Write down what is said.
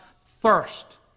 first